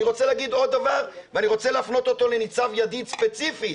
אני רוצה להגיד עוד דבר ואני רוצה להפנות אותו לניצב ידיד ספציפית,